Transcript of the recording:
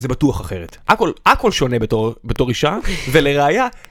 זה בטוח אחרת, הכול הכול שונה בתור אישה, ולראיה...